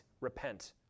repent